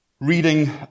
reading